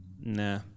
Nah